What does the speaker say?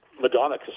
Madonna